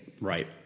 Right